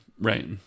Right